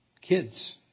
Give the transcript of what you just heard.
Kids